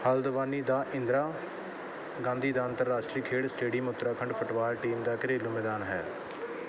ਹਲਦਵਾਨੀ ਦਾ ਇੰਦਰਾ ਗਾਂਧੀ ਦਾ ਅੰਤਰਰਾਸ਼ਟਰੀ ਖੇਡ ਸਟੇਡੀਅਮ ਉੱਤਰਾਖੰਡ ਫੁੱਟਬਾਲ ਟੀਮ ਦਾ ਘਰੇਲੂ ਮੈਦਾਨ ਹੈ